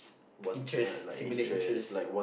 interest simulate interest